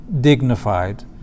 dignified